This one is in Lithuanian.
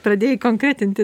pradėjai konkretinti